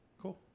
Cool